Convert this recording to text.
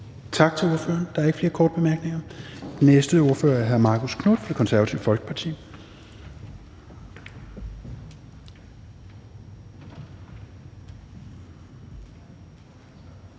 Tak til ordføreren. Der er ikke flere korte bemærkninger. Den næste ordfører er hr. Marcus Knuth, Det Konservative Folkeparti.